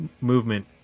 movement